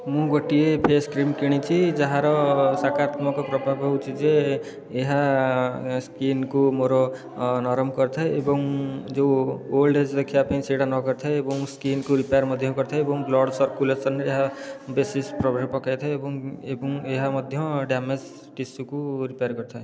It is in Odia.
ମୁଁ ଗୋଟିଏ ଫେସ କ୍ରିମ୍ କିଣିଛି ଯାହାର ସାକାରତ୍ମକ ପ୍ରଭାବ ହେଉଛି ଯେ ଏହା ସ୍କିନକୁ ମୋର ନରମ କରିଥାଏ ଏବଂ ଯେଉଁ ଓଲ୍ଡ ଏଜ୍ ଦେଖିବା ପାଇଁ ସେଟା ନ କରିଥାଏ ଏବଂ ସ୍କିନକୁ ରିପାୟାର ମଧ୍ୟ କରିଥାଏ ଏବଂ ବ୍ଲଡ଼ ସରକୁଲେସନ୍ରେ ଏହା ବିଶେଷ ପ୍ରଭାବ ପକାଇଥାଏ ଏବଂ ଏବଂ ଏହା ମଧ୍ୟ ଡ୍ୟାମେଜ ଟିସୁକୁ ରିପାୟାର କରିଥାଏ